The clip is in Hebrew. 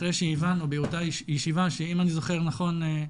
אחרי שבאותה ישיבה שאם אני זוכר נכון,